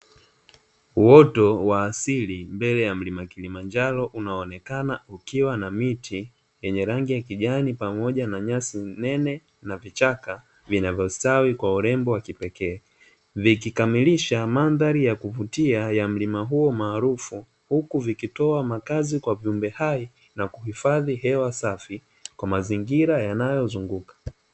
Uoto wa asili mbele ya mlima Kilimanjaro unaoonekana ukiwa na miti yenye rangi ya kijani pamoja na nyasi nene na vichaka vinavyostawi kwa urembo wa kipekee vikikamilisha mandhari ya kuvutia ya mlima huo maarufu, huku vikitoa makazi kwa viumbe hai na kuhifadhi hewa safi kwa mazingira yanayozunguka.